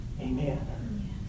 Amen